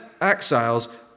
exiles